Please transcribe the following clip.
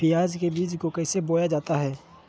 प्याज के बीज को कैसे बोया जाता है?